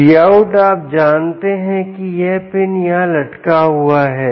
Vout आप जानते हैं कि यह पिन यहां लटका हुआ है